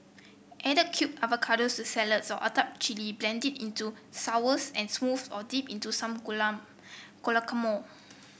add cubed avocado to salads or atop chilli blend into sours and smoothies or dip into some guacamole